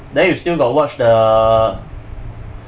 then you still got watch the